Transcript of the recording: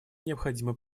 необходимо